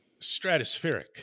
stratospheric